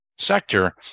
sector